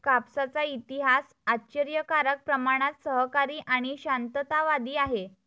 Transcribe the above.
कापसाचा इतिहास आश्चर्यकारक प्रमाणात सहकारी आणि शांततावादी आहे